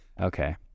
Okay